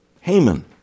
Haman